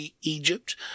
Egypt